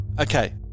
Okay